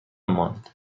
ماند